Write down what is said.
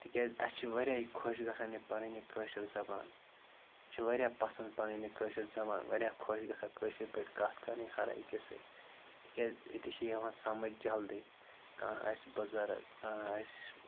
تِکیٛازِ اَسہِ چھِ واریاہ یہِ خۄش گژھان یہِ پَنٕنۍ یہِ کٲشِر زَبان چھِ واریاہ پَسَنٛد پَنٕنۍ یہِ کٲشِر زَبان واریاہ خۄش گژھان کٲشِر پٲٹھۍ کَتھ کَرٕنۍ ہَرٕ أکِس سۭتۍ تِکیٛازِ أتۍ چھِ یِوان سَمٕج جَلدی کانٛہہ آسہِ بُزَرٕگ کانٛہہ آسہِ